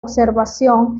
observación